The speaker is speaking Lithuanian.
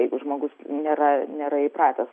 jeigu žmogus nėra nėra įpratęs